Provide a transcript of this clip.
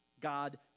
God